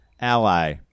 ally